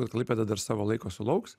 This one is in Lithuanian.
kad klaipėda dar savo laiko sulauks